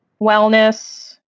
Wellness